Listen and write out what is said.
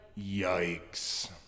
Yikes